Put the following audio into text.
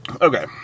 Okay